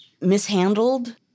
mishandled